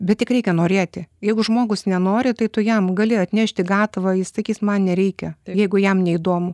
bet tik reikia norėti jeigu žmogus nenori tai tu jam gali atnešti gatavą jis sakys man nereikia jeigu jam neįdomu